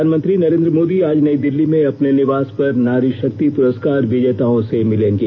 प्रधानमंत्री नरेन्द्र मोदी आज नई दिल्ली में अपने निवास पर नारी शक्ति पुरस्कार विजेताओं से मिलेंगे